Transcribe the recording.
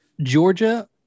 Georgia